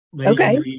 Okay